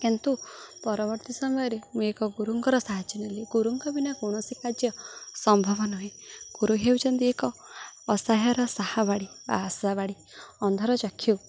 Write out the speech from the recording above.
କିନ୍ତୁ ପରବର୍ତ୍ତୀ ସମୟରେ ମୁଁ ଏକ ଗୁରୁଙ୍କର ସାହାଯ୍ୟ ନେଲି ଗୁରୁଙ୍କ ବିନା କୌଣସି କାର୍ଯ୍ୟ ସମ୍ଭବ ନୁହେଁ ଗୁରୁ ହେଉଛନ୍ତି ଏକ ଅସହାୟର ସାହାବାଡ଼ି ଆଶାବାଡ଼ି ଅନ୍ଧର ଚକ୍ଷୁ